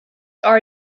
are